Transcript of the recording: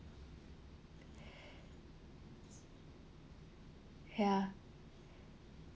ya